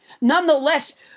Nonetheless